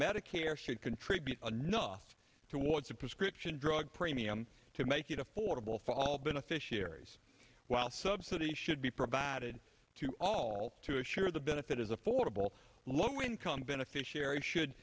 medicare should contribute enough towards a prescription drug premium to make it affordable for all beneficiaries while subsidies should be provided to all to assure the benefit is affordable low income beneficiary should